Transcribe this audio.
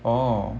oh